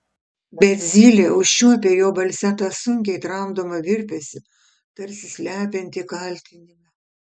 bet zylė užčiuopė jo balse tą sunkiai tramdomą virpesį tarsi slepiantį kaltinimą